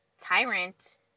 tyrant